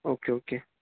okay okay